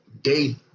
day